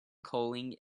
calling